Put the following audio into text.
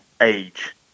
age